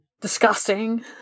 Disgusting